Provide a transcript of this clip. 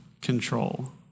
control